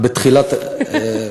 תחזור על ההתחלה.